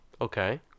okay